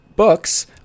books